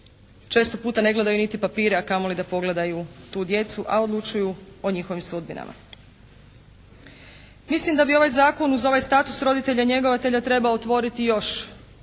često puta ne gledaju niti papire a kamoli da pogledaju tu djecu. A odlučuju o njihovim sudbinama. Mislim da bi ovaj zakon uz ovaj status roditelja njegovatelja trebao otvoriti još